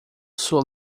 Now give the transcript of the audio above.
sua